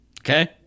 Okay